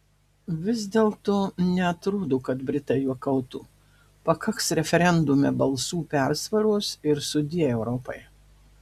vis dėlto neatrodo kad britai juokautų pakaks referendume balsų persvaros ir sudie europai